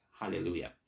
Hallelujah